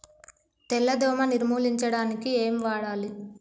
తెల్ల దోమ నిర్ములించడానికి ఏం వాడాలి?